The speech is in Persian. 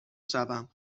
شوم